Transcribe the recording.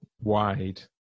wide